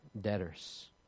debtors